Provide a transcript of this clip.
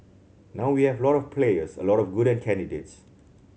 now we have a lot of players a lot of good candidates